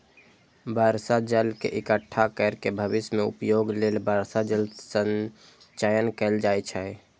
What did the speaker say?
बर्षा जल के इकट्ठा कैर के भविष्य मे उपयोग लेल वर्षा जल संचयन कैल जाइ छै